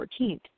14th